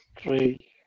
Three